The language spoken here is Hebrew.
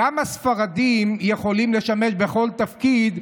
הספרדים יכולים לשמש בכל תפקיד,